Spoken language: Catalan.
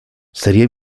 seria